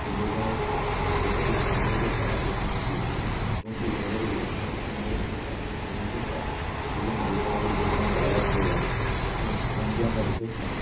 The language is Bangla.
সৌন্দর্যময় ছিল প্রাকৃতিক সৌন্দর্যে ভরা এই সমস্ত দ্বীপগুলি এবং এই জায়গাগুলি অত্যন্ত সুন্দর এবং প্রাকৃতিক সৌন্দর্যে ভরা এই জন্য এই জায়গাগুলি যেতে আমার বারবার ভালো লাগে এবং সেখানে গিয়ে আমরা দেখেছিলাম